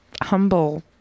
humble